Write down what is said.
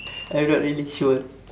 I'm not really sure